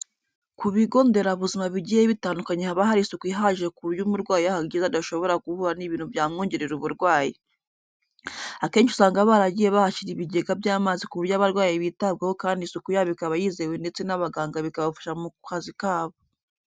Ku bigo nderabuzima bigiye bitandukanye haba hari isuku ihagije ku buryo umurwayi iyo ahageze adashobora guhura n'ibintu byamwongerera uburwayi. Akenshi usanga baragiye bahashyira ibigega by'amazi ku buryo abarwayi bitabwaho kandi isuku yabo ikaba yizewe ndetse n'abaganga bikabafasha mu kazi kabo.